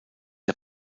der